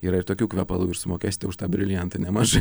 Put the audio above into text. yra ir tokių kvepalų ir sumokėsite už tą briliantą nemažai